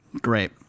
Great